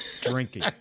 drinking